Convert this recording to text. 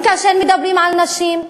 גם כאשר מדברים על נשים,